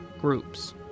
groups